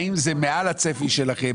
האם זה מעל הצפי שלכם,